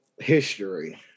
history